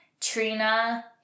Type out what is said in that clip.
Trina